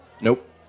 Nope